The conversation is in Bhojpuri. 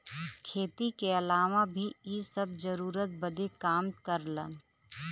खेती के अलावा भी इ सब जरूरत बदे काम करलन